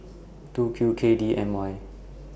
two Q K D M Y